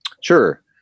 Sure